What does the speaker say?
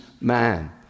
man